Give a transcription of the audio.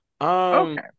Okay